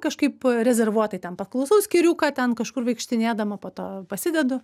kažkaip rezervuotai ten paklausau skyriuką ten kažkur vaikštinėdama po to pasidedu